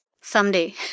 Someday